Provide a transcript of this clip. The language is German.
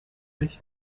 mich